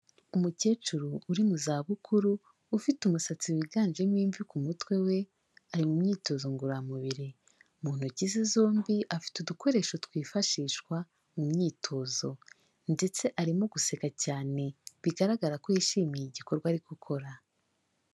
Umukecuru uri mu za bukuru ufite umusatsi wiganjemo imvi ku mutwe we ari mu myitozo ngororamubiri, mu ntoki ze zombi afite udukoresho twifashishwa mu myitozo ndetse arimo guseka cyane bigaragara ko yishimiye igikorwa ari gukora.